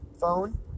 phone